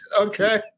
okay